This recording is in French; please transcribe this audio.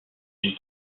une